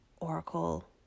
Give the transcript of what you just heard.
Oracle